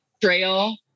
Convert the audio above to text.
trail